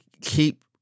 keep